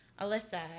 Alyssa